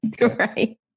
Right